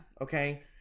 Okay